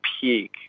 peak